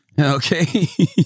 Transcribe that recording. Okay